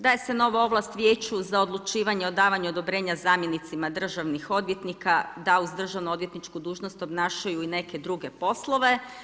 Daje se nove ovlast vijeću za odlučivanje o davanju odobrenja zamjenicima državnih odvjetnika da uz državno odvjetničku dužnost obnašaju i neke druge poslove.